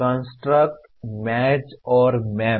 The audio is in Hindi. कंट्रास्ट मैच और मैप